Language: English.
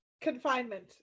confinement